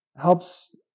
helps